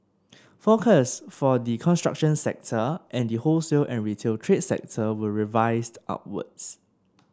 forecasts for the construction sector and the wholesale and retail trade sector were revised upwards